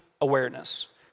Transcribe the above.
awareness